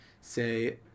say